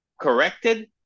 corrected